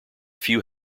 few